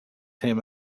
him